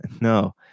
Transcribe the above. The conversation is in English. no